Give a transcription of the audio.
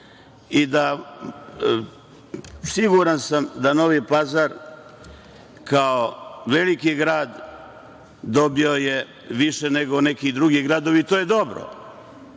i da siguran sam da Novi Pazar kao veliki grad dobio je više nego neki drugi gradovi. To je dobro,